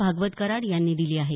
भागवत कराड यांनी दिली आहे